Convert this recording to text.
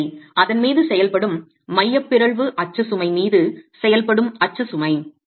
சமநிலை அதன் மீது செயல்படும் மையப் பிறழ்வு அச்சு சுமை மீது செயல்படும் அச்சு சுமை